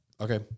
Okay